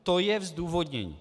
To je zdůvodnění.